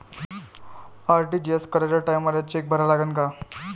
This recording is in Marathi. आर.टी.जी.एस कराच्या टायमाले चेक भरा लागन का?